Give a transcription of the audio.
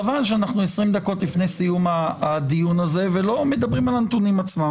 חבל שאנחנו 20 דקות לפני סיום הדיון הזה ולא מדברים על הנתונים עצמם.